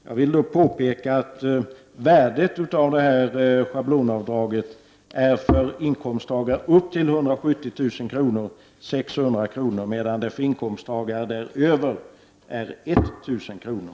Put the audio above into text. Jag vill påpeka att värdet av schablonavdraget för inkomsttagare med inkomster upp till 170 000 kr. är 600 kr., medan dess värde för inkomsttagare med högre inkomster är 1 000 kr.